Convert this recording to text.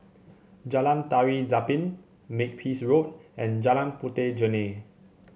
Jalan Tari Zapin Makepeace Road and Jalan Puteh Jerneh